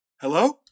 Hello